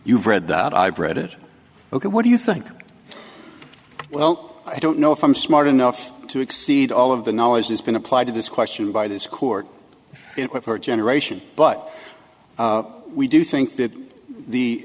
you've read that i've read it ok what do you think well i don't know if i'm smart enough to exceed all of the knowledge has been applied to this question by this court and with her generation but we do think that the